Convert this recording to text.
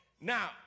Now